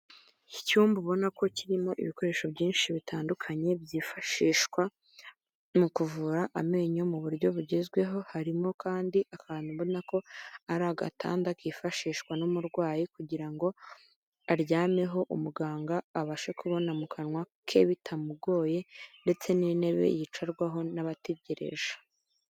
Icyumba ubona ko kirimo ibikoresho byinshi bitandukanye byifashishwa mu kuvura amenyo mu buryo bugezweho, harimo kandi akantu ubona ko ari agatanda kifashishwa n'umurwayi kugira ngo aryameho umuganga abashe kubona mu kanwa ke bitamugoye ndetse n'intebe yicarwaho n'abategereje.